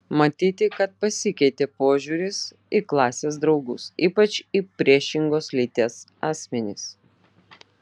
matyti kad pasikeitė požiūris į klasės draugus ypač į priešingos lyties asmenis